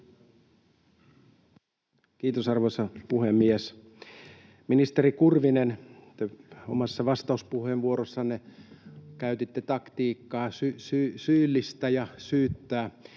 Kiitos, arvoisa puhemies! Ministeri Kurvinen, te omassa vastauspuheenvuorossanne käytitte syyllistä ja syytä